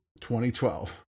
2012